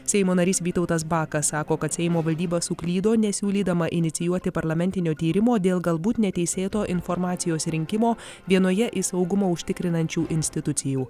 seimo narys vytautas bakas sako kad seimo valdyba suklydo nesiūlydama inicijuoti parlamentinio tyrimo dėl galbūt neteisėto informacijos rinkimo vienoje iš saugumą užtikrinančių institucijų